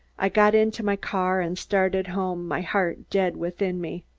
i got into my car and started home, my heart dead within me.